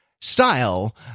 style